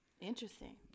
Interesting